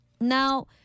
Now